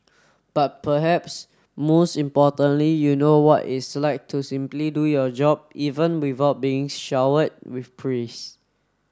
but perhaps most importantly you know what it's like to simply do your job even without being showered with praise